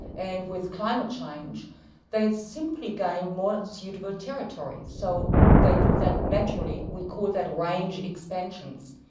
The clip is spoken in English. and with climate change they simply gain more suitable territory, so they do that naturally. we call that range expansions.